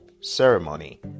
ceremony